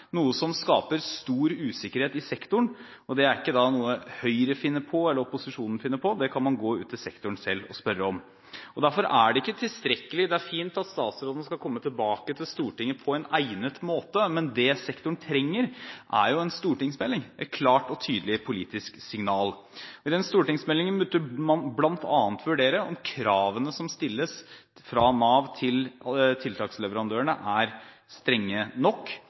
noe som skaper stor usikkerhet i sektoren. Dette er ikke noe Høyre eller opposisjonen finner på, det kan man selv gå ut til sektoren og spørre om. Det er fint at statsråden skal komme tilbake til Stortinget på en egnet måte, men det sektoren trenger, er jo en stortingsmelding, et klart og tydelig politisk signal. I den stortingsmeldingen burde man: vurdere om kravene som stilles fra Nav til tiltaksleverandørene, er strenge nok